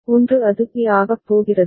1 அது பி ஆகப் போகிறது